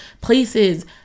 places